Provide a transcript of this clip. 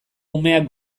umeak